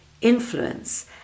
influence